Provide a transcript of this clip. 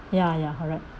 ya ya correct